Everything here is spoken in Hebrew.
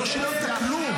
לא שילמת כלום.